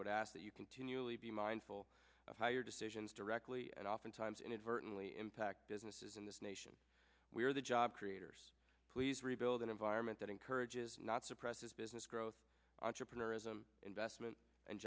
would ask that you continually be mindful of how your decisions directly and oftentimes inadvertently impact businesses in this nation we are the job creators please rebuild an environment that encourages not suppresses business growth entrepreneurism investment and